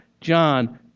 John